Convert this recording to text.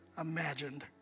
imagined